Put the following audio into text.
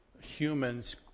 humans